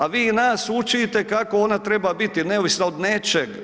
A vi nas učite kako ona treba biti neovisna od nečeg.